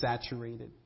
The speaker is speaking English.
saturated